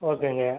ஓகேங்க